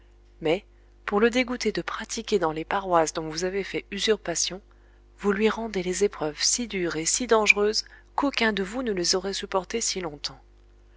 mais pour le dégoûter de pratiquer dans les paroisses dont vous avez fait usurpation vous lui rendez les épreuves si dures et si dangereuses qu'aucun de vous ne les aurait supportées si longtemps